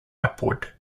upward